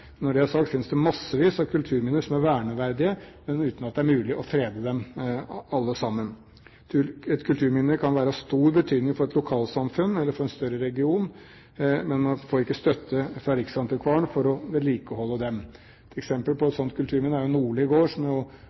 Når det er sagt, vil jeg si at det finnes massevis av kulturminner som er verneverdige, men uten at det er mulig å frede dem alle sammen. Et kulturminne kan være av stor betydning for et lokalsamfunn, eller for en større region, men man får ikke dermed støtte fra riksantikvaren for å vedlikeholde det. Et eksempel på et slikt kulturminne er Nordli gård, som ble revet, og som